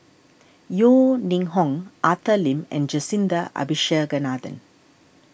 Yeo Ning Hong Arthur Lim and Jacintha Abisheganaden